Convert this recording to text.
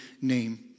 name